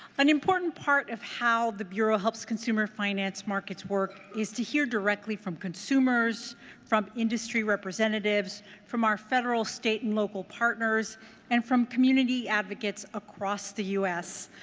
an important part of how the bureau helps consumer finance markets work is to hear directly from consumers from industry representatives from our federal, state, and local partners and from community advocates across the u s.